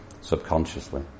subconsciously